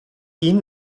ihn